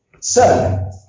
Sir